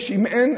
אם אין,